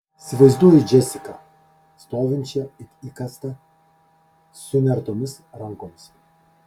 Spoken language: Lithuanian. įsivaizduoju džesiką stovinčią it įkastą sunertomis rankomis